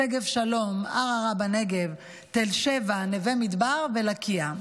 שגב שלום, ערערה בנגב, תל שבע, נווה מדבר ולקיה.